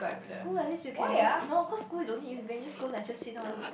school at least you can just no cause school you don't need use brain just go lecture sit down